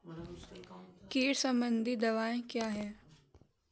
कीट संबंधित दवाएँ क्या हैं?